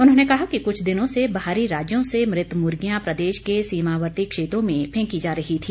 उन्होंने कहा कुछ दिनों से बहारी राज्यों से मृत मुर्गियां प्रदेश के सीमावर्ती क्षेत्रों में फेंकी जा रही थी